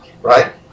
Right